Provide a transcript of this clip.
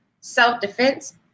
self-defense